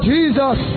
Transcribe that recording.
Jesus